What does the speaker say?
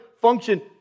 function